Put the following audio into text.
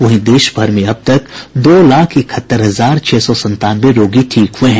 वहीं देश भर में अब तक दो लाख इकहत्तर हजार छह सौ संतानवे रोगी ठीक हुए हैं